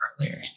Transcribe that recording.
earlier